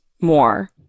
more